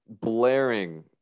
blaring